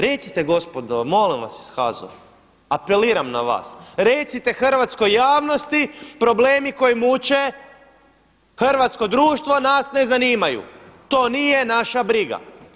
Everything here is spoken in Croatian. Recite gospodo molim vas iz HAZU-a apeliram na vas recite hrvatskoj javnosti problemi koji muče hrvatsko društvo nas ne zanimaju, to nije naša briga.